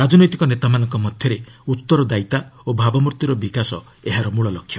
ରାଜନୈତିକ ନେତାମାନଙ୍କ ମଧ୍ୟରେ ଉତ୍ତରଦାୟିତା ଓ ଭାବମୂର୍ତ୍ତିର ବିକାଶ ଏହାର ମ୍ମଳଲକ୍ଷ୍ୟ